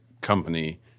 company